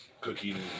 cooking